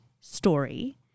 story